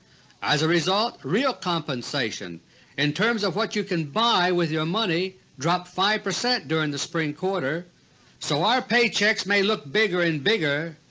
as a result, real compensation in terms of what you can buy with your money dropped five percent during the spring quarter so our pay checks may look bigger and bigger,